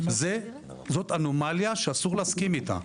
זאת אנומליה שאסור להסכים אתה.